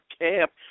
camp